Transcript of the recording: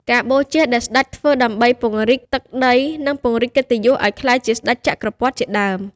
ការបូជាដែលស្ដេចធ្វើដើម្បីពង្រីកទឹកដី និងពង្រីកកិត្តិយសឱ្យក្លាយជា ស្ដេចចក្រពត្តិ ជាដើម។